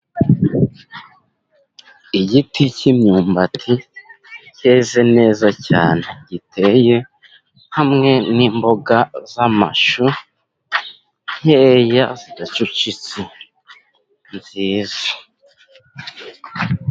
Igiti cy'imyumbati yeze neza cyane giteye hamwe n'imboga z'amashu nkeya zidacucitse nziza.